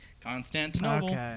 Constantinople